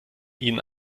ihnen